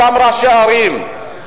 אותם ראשי ערים,